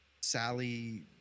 Sally